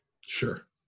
sure